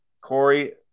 Corey